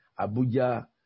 Abuja